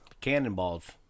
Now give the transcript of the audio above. Cannonballs